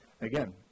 Again